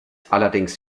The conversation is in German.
allerdings